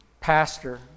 pastor